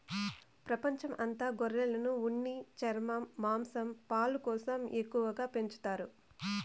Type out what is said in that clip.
ప్రపంచం అంత గొర్రెలను ఉన్ని, చర్మం, మాంసం, పాలు కోసం ఎక్కువగా పెంచుతారు